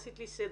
עשית לי סדר.